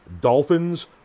Dolphins